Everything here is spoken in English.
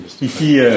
ici